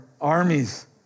armies